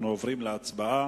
אנחנו עוברים להצבעה.